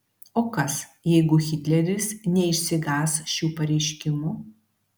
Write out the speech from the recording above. o kas jeigu hitleris neišsigąs šių pareiškimų